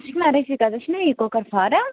ژٕ چھیٚکھ نا رٔفیٖقہ ژےٚ چھُے نا یہِ کۄکر فارَم